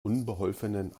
unbeholfenen